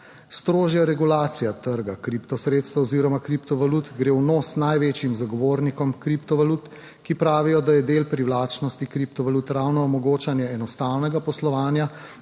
Strožja regulacija trga kriptosredstev oziroma kriptovalut gre v nos največjim zagovornikom kriptovalut, ki pravijo, da je del privlačnosti kriptovalut ravno omogočanje enostavnega poslovanja